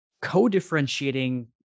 co-differentiating